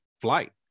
flight